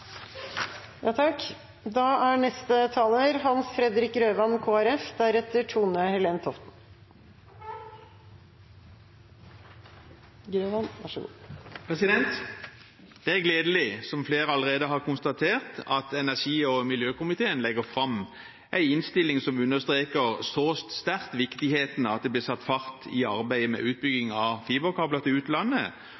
Det er gledelig, som flere allerede har konstatert, at energi- og miljøkomiteen legger fram en innstilling som understreker så sterkt viktigheten av at det blir satt fart i arbeidet med